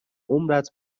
عمرت